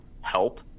help